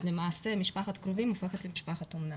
אז למעשה משפחת קרובים הופכת למשפחת אומנה.